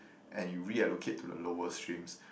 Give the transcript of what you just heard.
and you reallocate to the lower streams